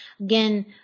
again